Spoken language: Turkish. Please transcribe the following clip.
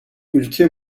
ülke